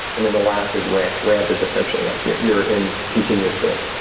and then last is ramp. ramp is essentially like you're you're in continuous build.